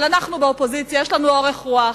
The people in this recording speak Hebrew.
אבל אנחנו, באופוזיציה, יש לנו אורך רוח,